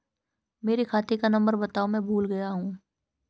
मेरे खाते का नंबर बताओ मैं भूल गया हूं